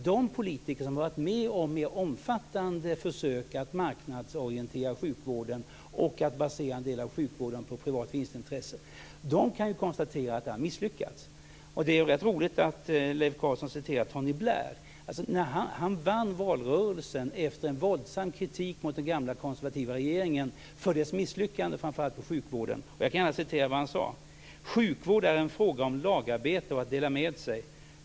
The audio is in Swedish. De politiker som varit med om mer omfattande försök att marknadsorientera sjukvården och basera en del av sjukvården på privata vinstintressen har konstaterat att det har misslyckats. Det är rätt roligt att Leif Carlson citerar Tony Blair. Han vann valrörelsen efter en våldsam kritik mot den gamla konservativa regeringen för dess misslyckande framför allt när det gällde sjukvården. Jag kan gärna upprepa vad han sade: Sjukvård är en fråga om lagarbete och att dela med sig.